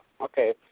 Okay